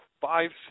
five